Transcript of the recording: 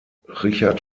richard